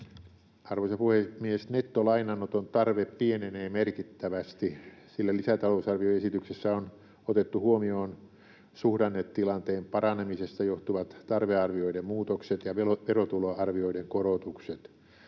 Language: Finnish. Arvoisa puhemies! Nettolainanoton tarve pienenee merkittävästi, sillä lisätalousarvioesityksessä on otettu huomioon suhdannetilanteen paranemisesta johtuvat tarvearvioiden muutokset ja verotuloarvioiden korotukset.